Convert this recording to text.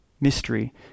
mystery